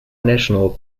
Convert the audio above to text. national